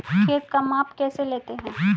खेत का माप कैसे लेते हैं?